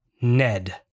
Ned